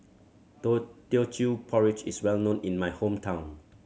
Teochew Porridge is well known in my hometown